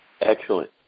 Excellent